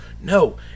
No